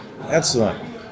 Excellent